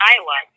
Iowa